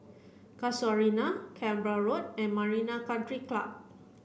Casuarina Canberra Road and Marina Country Club